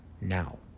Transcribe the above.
now